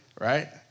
right